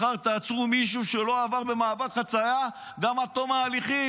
מחר תעצרו מישהו שלא עבר במעבר חצייה גם עד תום ההליכים,